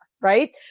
right